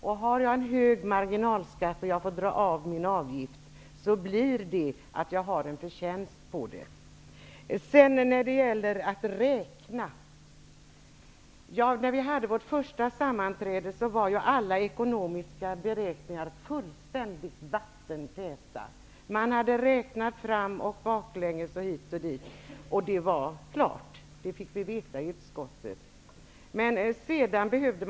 Om jag har en hög marginalskatt och jag sedan får göra avdrag för avgiften, blir resultatet att jag har gjort en förtjänst. Vidare har vi frågan om att räkna. Vid vårt första sammanträde var alla ekonomiska beräkningar fullständigt vattentäta. Man hade räknat fram och baklänges och hit och dit. Vi fick veta i utskottet att allt var klart.